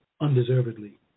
undeservedly